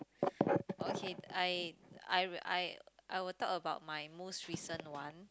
okay I I I I will talk about my most recent one